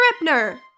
Ripner